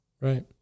Right